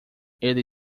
ele